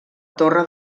torre